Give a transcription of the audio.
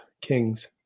Kings